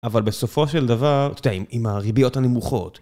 אבל בסופו של דבר... טעים, עם הריביות הנמוכות.